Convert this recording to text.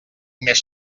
més